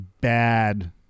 bad